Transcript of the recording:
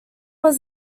are